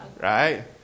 Right